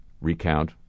recount